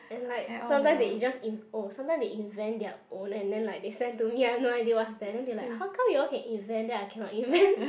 and like sometimes they just in~ oh sometimes they invent their own and then like they send to me I have no idea what's that then they like how come you all can invent then I cannot invent